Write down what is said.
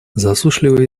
засушливые